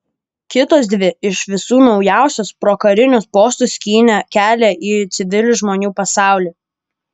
kitos dvi iš visų naujausios pro karinius postus skynė kelią į civilių žmonių pasaulį